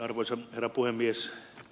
arvoisa herra puhemies